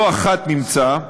לא אחת נמצא,